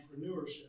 entrepreneurship